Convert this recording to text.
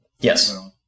Yes